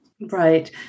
Right